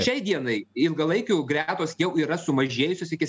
šiai dienai ilgalaikių gretos jau yra sumažėjusios iki